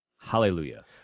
Hallelujah